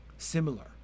similar